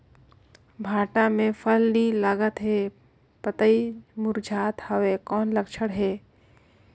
भांटा मे फल नी लागत हे पतई मुरझात हवय कौन लक्षण हे?